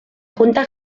junta